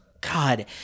god